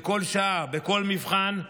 בכל שעה, בכל מבחן,